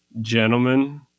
Gentlemen